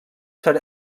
ser